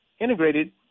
integrated